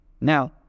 Now